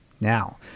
Now